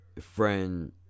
friend